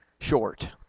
short